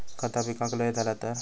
खता पिकाक लय झाला तर?